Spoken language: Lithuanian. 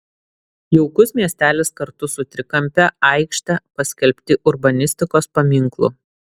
jaukus miestelis kartu su trikampe aikšte paskelbti urbanistikos paminklu